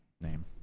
name